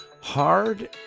Hard